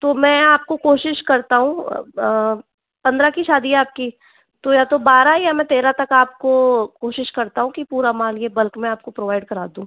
तो मैं आपको कोशिश करता हूँ पंद्रह की शादी हैं आपकी तो या तो बारह या मैं तेराह तक आपको कोशिश करता हूँ कि पूरा माल ये बल्क में आपको प्रोवाइड करा दूँ